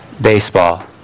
baseball